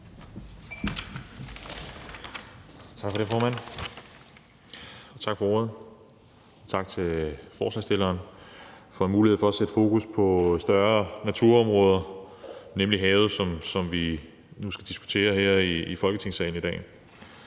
Tak for det, formand, og tak til forslagsstillerne for en mulighed for at sætte fokus på et større naturområde, nemlig havet, som vi nu skal diskutere her i Folketingssalen i dag.